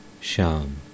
Sham